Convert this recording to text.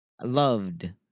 loved